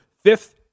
Fifth